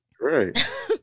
Right